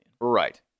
Right